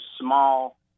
small